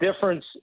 difference